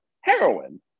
heroin